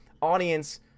audience